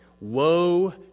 Woe